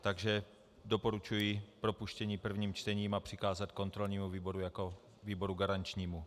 Takže doporučuji propuštění prvním čtením a přikázat kontrolnímu výboru jako výboru garančnímu.